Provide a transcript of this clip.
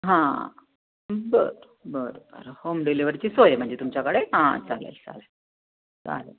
हां बरं बरं बरं होम डिलिवरीची सोय आहे म्हणजे तुमच्याकडे हां चालेल चालेल चालेल